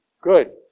good